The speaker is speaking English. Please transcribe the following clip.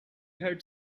had